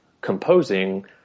composing